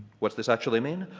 what does this actually mean?